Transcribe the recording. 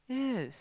yes